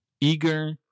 eager